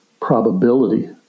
probability